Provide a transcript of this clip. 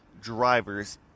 drivers